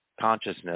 consciousness